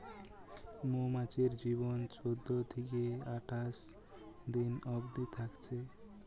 মৌমাছির জীবন চোদ্দ থিকে আঠাশ দিন অবদি থাকছে